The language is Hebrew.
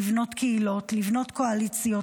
לבנות קהילות לבנות קואליציות,